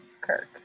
Kirk